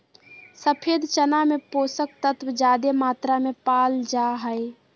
सफ़ेद चना में पोषक तत्व ज्यादे मात्रा में पाल जा हइ